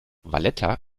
valletta